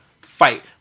fight